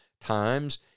times